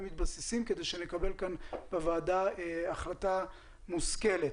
מתבססים כדי שנקבל כאן בוועדה החלטה מושכלת.